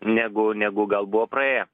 negu negu gal buvo praėję